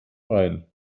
ein